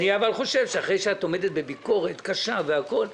אני רק חושב שאחרי שאת עומדת בביקורת קשה והכל,